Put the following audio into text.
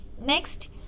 next